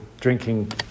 drinking